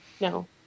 no